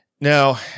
Now